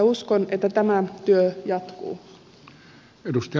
uskon että tämä työ jatkuu